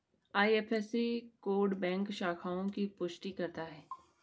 IFSC code bank शाखाओं की पुष्टि करता है